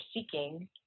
seeking